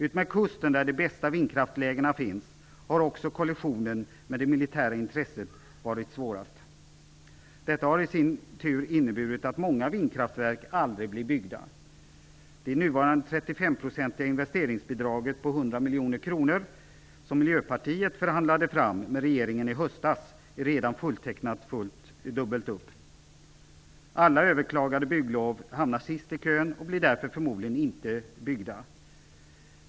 Utmed kusten, där de bästa vindkraftlägena finns, har också kollisionen med det militära intresset varit svårast. Detta har i sin tur inneburit att många vindkraftverk aldrig blir byggda. Det nuvarande 35-procentiga investeringsbidraget på 100 miljoner kronor som Miljöpartiet förhandlade fram med regeringen i höstas är redan fulltecknat dubbelt upp. Alla överklagade bygglov hamnar sist i kön, och vindkraftverken blir därför förmodligen inte byggda.